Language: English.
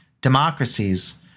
democracies